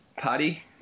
party